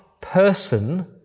person